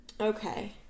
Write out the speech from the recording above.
Okay